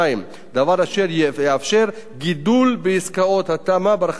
דבר אשר יאפשר גידול בעסקאות התמ"א ברחבי הארץ,